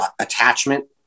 attachment